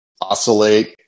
oscillate